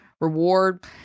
reward